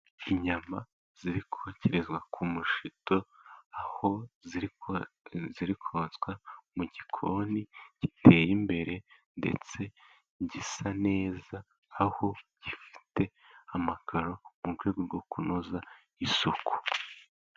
Inyama ziri kokerezwa ku mushito, aho ziri kotswa mu gikoni giteye imbere, ndetse gisa neza, aho gifite amakaro mu rwego rwo kunoza isoku.